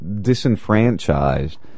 disenfranchised